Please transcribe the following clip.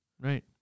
Right